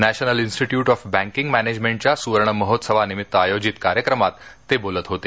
national institute of banking मॅनेजमेंटच्या सुवर्ण महोत्सवानिमित्त आयोजित कार्यक्रमात ते बोलत होते